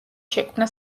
შექმნა